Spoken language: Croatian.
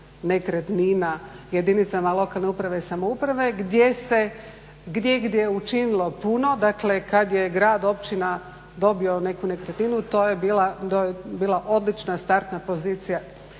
nekretnina jedinicama lokalne uprave i samouprave gdje se gdjegdje učinilo puno, dakle kad je grad, općina dobio neku nekretninu to je bila odlična startna pozicija